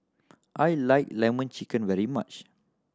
I like Lemon Chicken very much